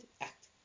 act